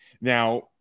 Now